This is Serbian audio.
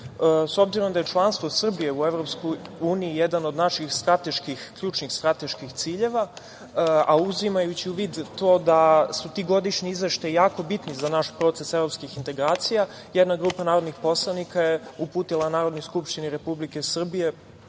S obzirom da je članstvo Srbije u EU jedan od naših ključnih strateških ciljeva, a uzimajući u vidu to da su ti godišnji izveštaji jako bitni za naš proces evropskih integracija, jedna grupa narodnih poslanika je uputila Narodnoj skupštini Republike Srbije